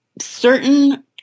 Certain